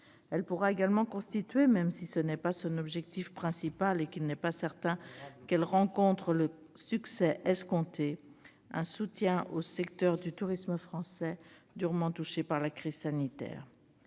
Elle pourra également constituer, même si ce n'est pas son objectif principal et qu'il n'est pas certain qu'elle rencontre le succès escompté, un soutien au secteur du tourisme français, durement touché par la crise sanitaire.